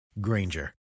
Granger